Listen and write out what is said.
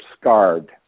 scarred